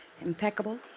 impeccable